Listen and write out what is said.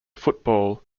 football